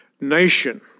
nation